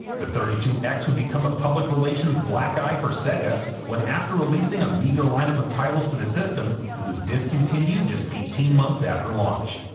the thirty two x would become a public relations black eye for sega when, after releasing a meager lineup of titles for the system, it was discontinued just eighteen months after launch.